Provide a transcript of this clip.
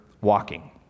walking